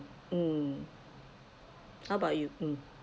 mm how about you mm